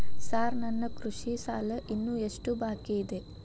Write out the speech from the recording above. Sir ನನ್ನ ಕೃಷಿ ಸಾಲ ಇನ್ನು ಎಷ್ಟು ಬಾಕಿಯಿದೆ?